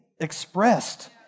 expressed